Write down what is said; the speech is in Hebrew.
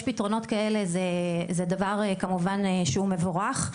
פתרונות כאלה זה דבר כמובן שהוא מבורך,